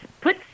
put